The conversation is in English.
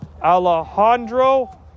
alejandro